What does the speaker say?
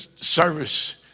service